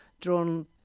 drawn